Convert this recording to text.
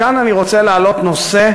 וכאן אני רוצה להעלות נושא,